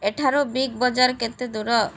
ଏଠାରୁ Big Bazaar କେତେ ଦୂର